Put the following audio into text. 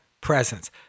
presence